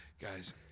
Guys